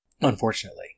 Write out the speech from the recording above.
Unfortunately